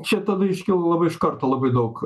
čia tada iškyla labai iš karto labai daug